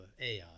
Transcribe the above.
AI